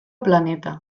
planeta